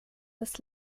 des